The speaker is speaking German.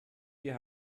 wir